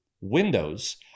windows